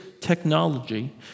technology